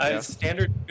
Standard